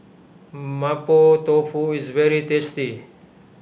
Mapo Tofu is very tasty